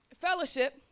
fellowship